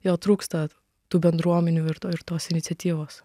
jo trūksta tų bendruomenių ir to ir tos iniciatyvos